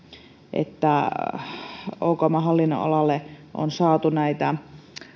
että okmn hallinnonalalle on saatu